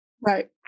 Right